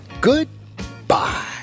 Goodbye